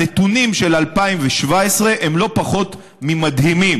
הנתונים של 2017 הם לא פחות ממדהימים.